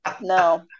No